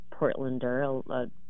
Portlander